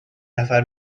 نفر